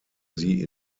sie